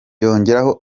yongeraho